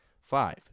Five